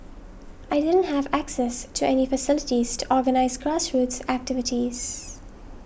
I didn't have access to any facilities to organise grassroots activities